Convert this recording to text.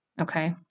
Okay